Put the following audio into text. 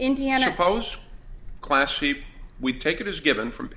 indiana post class cheap we take it as given from